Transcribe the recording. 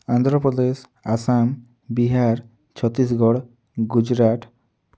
Andhra Pradesh Assam Bihar Chhattisgarh Gujarat